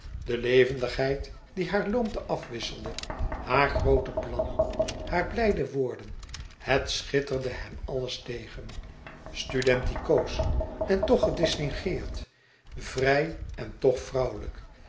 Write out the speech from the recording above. de levendigheid die hare loomte afwisselde hare groote plannen hare blijde woorden het schitterde hem alles tegen studentikoos en toch gedistingeerd vrij en toch vrouwelijk